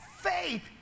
Faith